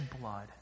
blood